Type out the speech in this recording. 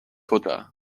kutter